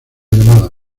llamada